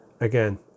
again